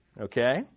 okay